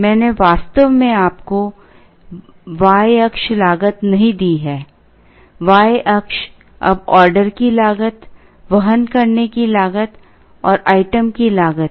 मैंने वास्तव में आपको y अक्ष लागत नहीं दी है y अक्ष अब ऑर्डर की लागत वहन करने की लागत और आइटम की लागत